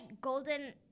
golden